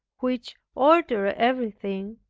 which ordered everything,